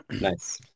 Nice